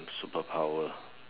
superpower